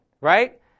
right